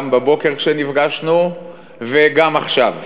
גם בבוקר כשנפגשנו וגם עכשיו.